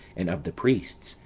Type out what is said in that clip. and of the priests,